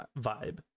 vibe